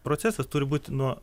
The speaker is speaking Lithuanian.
procesas turi būt nuo